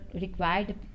required